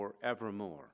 forevermore